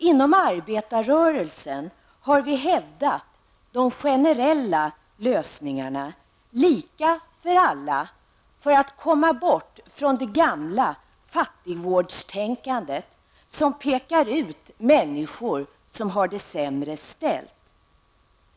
Inom arbetarrörelsen har vi hävdat de generella lösningarna, lika för alla, för att komma bort från det gamla fattigvårdstänkande som pekar ut människor som har det sämre ställt.